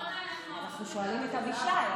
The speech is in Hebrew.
אנחנו שואלים את אבישי.